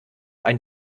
ein